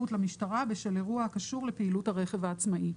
למשטרה בשל אירוע הקשור לפעילות הרכב העצמאי".